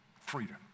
freedom